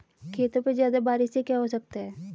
खेतों पे ज्यादा बारिश से क्या हो सकता है?